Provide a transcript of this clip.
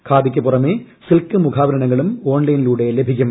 ഖാദിയ്ക്കു പുറമേ സിൽക്ക് മുഖാവരണങ്ങളും ഓൺലൈനിലൂടെ ലഭിക്കും